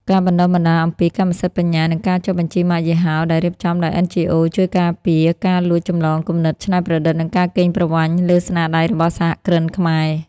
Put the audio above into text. ការបណ្ដុះបណ្ដាលអំពីកម្មសិទ្ធិបញ្ញា និងការចុះបញ្ជីម៉ាកយីហោដែលរៀបចំដោយ NGOs ជួយការពារការលួចចម្លងគំនិតច្នៃប្រឌិត និងការកេងប្រវ័ញ្ចលើស្នាដៃរបស់សហគ្រិនខ្មែរ។